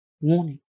warning